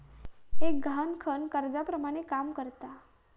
एक गहाणखत कर्जाप्रमाणे काम करता